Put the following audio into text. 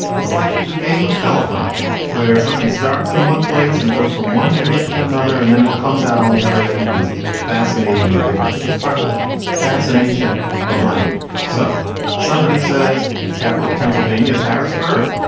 it's like the game of telephone where something starts in one place and it goes from one ear to another. and then what comes out on the other end is fascinatingly different. this is part of the fascination of language. so somebody says the capital of pennsylvania's harrisburg.